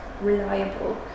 reliable